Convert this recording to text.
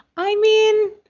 i mean,